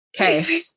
Okay